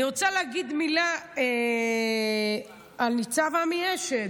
אני רוצה להגיד מילה על ניצב עמי אשד,